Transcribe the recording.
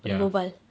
ya